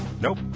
Nope